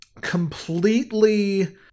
completely